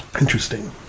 Interesting